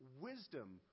wisdom